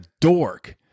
dork